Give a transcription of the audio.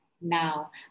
now